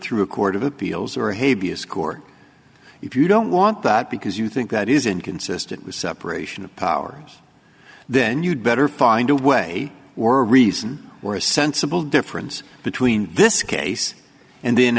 through a court of appeals or hey be a score if you don't want that because you think that is inconsistent with separation of powers then you'd better find a way or reason or a sensible difference between this case and then